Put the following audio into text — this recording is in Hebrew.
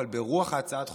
ברוח הצעת החוק,